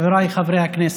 חבריי חברי הכנסת,